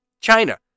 China